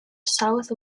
south